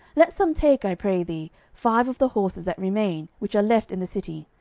let some take, i pray thee, five of the horses that remain, which are left in the city,